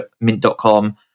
Mint.com